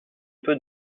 peu